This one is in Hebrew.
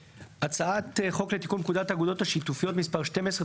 הצעת חוק לתיקון פקודת האגודות השיתופיות (מס' 12),